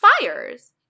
fires